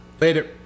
Later